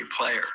player